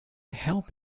help